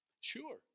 Sure